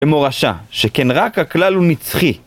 במורשה שכן רק הכלל הוא נצחי